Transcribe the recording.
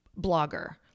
blogger